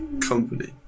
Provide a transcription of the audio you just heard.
company